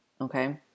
Okay